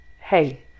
hey